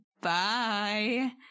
bye